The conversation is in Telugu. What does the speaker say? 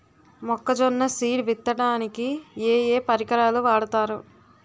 మొక్కజొన్న సీడ్ విత్తడానికి ఏ ఏ పరికరాలు వాడతారు?